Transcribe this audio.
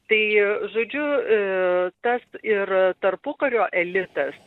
tai žodžiu tas ir tarpukario elitas